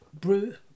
brew